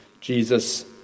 Jesus